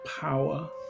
power